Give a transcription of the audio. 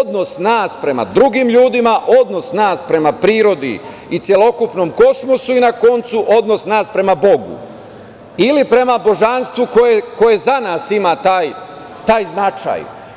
odnos nas prema drugim ljudima, odnos nas prema prirodi i celokupnom kosmosu, i na koncu odnos prema bogu, ili prema božanstvu koje za nas ima taj značaj.